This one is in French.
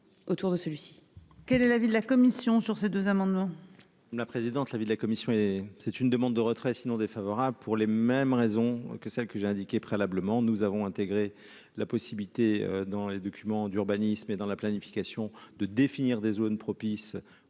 autour de ceux-ci.